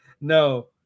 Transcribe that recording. no